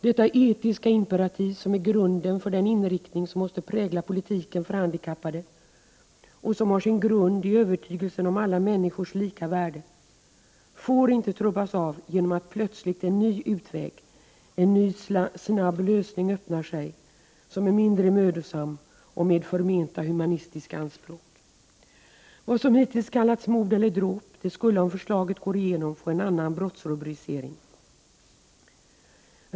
Detta etiska imperativ, som är grunden för den inriktning som måste prägla politiken för handikappade och som har sin grund i övertygelsen om alla människors lika värde, får inte trubbas av genom att plötsligt en ny utväg, en ny snabb lösning, öppnar sig som är mindre mödosam och med förmenta humanistiska anspråk. Vad som hittills kallats mord eller dråp skulle, om förslaget går igenom, få en annan brottsrubricering.